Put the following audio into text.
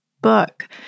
book